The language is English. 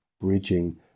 bridging